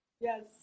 Yes